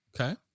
Okay